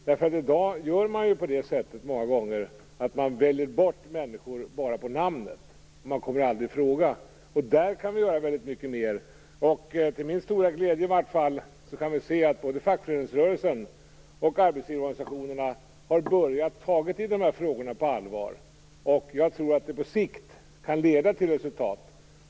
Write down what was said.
I dag väljer arbetsgivare många gånger bort människor bara på grund av namnet. Man kommer aldrig i fråga. Där kan vi göra väldigt mycket mer. Till min stora glädje kan vi se att i varje fall fackföreningsrörelsen och arbetsgivarorganisationerna har börjat ta itu med dessa frågor på allvar. Jag tror att det på sikt kan leda till resultat.